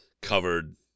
covered